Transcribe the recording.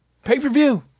Pay-per-view